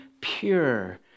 pure